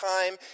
time